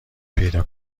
پیدا